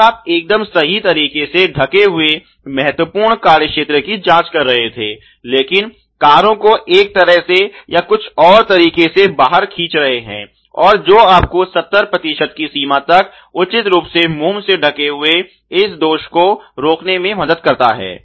और आप एकदम सही तरीके से ढके हुए महत्वपूर्ण कार्यक्षेत्र की जांच कर रहे थे लेकिन कारों को एक तरह से या कुछ और तरीके से बाहर खींच रहे हैं और जो आपको 70 प्रतिशत की सीमा तक उचित रूप से मोम से ढके हुए इस दोष को रोकने में मदद करता है